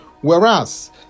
Whereas